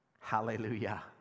hallelujah